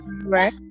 Right